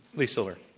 lee silver.